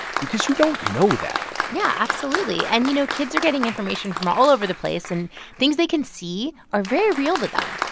because you don't know that yeah. absolutely. and, you know, kids are getting information from all over the place. and things they can see are very real to them.